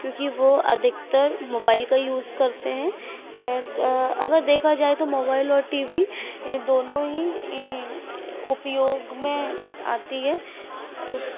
क्योंकि वह अधिकतर मोबाइल का यूज़ करते हैं अगर देखा जाए तो मोबाइल और टी वी ए दोनों ही ई उपयोग में आती है तो